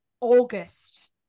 August